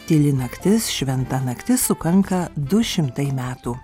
tyli naktis šventa naktis sukanka du šimtai metų